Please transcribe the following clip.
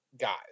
guys